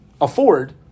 afford